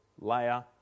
layer